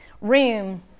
room